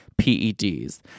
peds